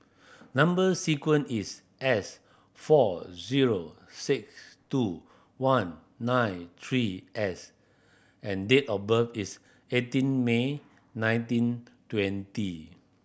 number sequence is S four zero six two one nine three S and date of birth is eighteen May nineteen twenty